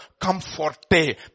comforte